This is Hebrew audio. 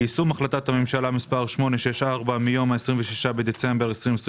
יישום החלטת הממשלה מספר 864 מיום ה-26 בדצמבר 2021